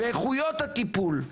באיכויות הטיפול?